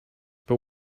but